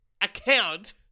account